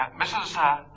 Mrs